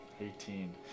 Eighteen